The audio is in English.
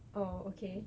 oh okay